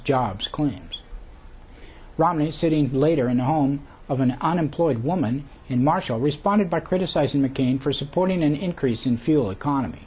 claims romney sitting later in the home of an unemployed woman in marshall responded by criticizing mccain for supporting an increase in fuel economy